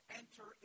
enter